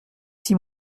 six